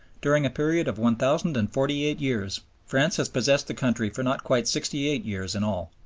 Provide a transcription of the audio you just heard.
during a period of one thousand and forty eight years france has possessed the country for not quite sixty eight years in all.